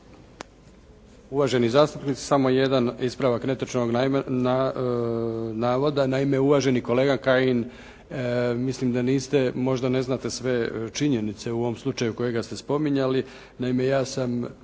Uvaženi zastupnici, samo jedan ispravak netočnog navoda. Naime, uvaženi kolega Kajin mislim da niste možda ne znate sve činjenice u ovom slučaju kojega ste spominjali. Naime, ja sam